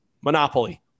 Monopoly